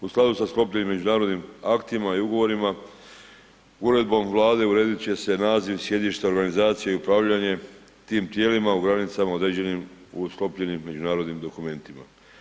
U skladu sa sklopljenim međunarodnim aktima i ugovorima, uredbom Vlade uredit će se naziv i sjedište organizacije i upravljanje tim tijelima u granicama određenim u sklopljenim međunarodnim dokumentima.